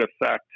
affect